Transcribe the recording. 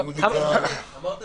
זה